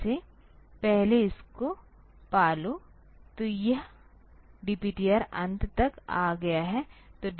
जैसे पहले इसको पा लो तो यह DPTR अंत तक आ गया है